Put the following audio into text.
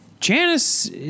Janice